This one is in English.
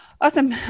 Awesome